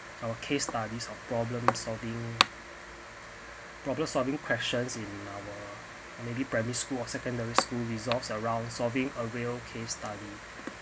or case problem solving problem solving questions in our maybe primary school or secondary school resolves around solving a real case study